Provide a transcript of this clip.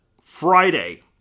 Friday